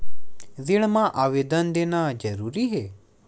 ऋण मा आवेदन देना जरूरी हे?